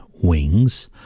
wings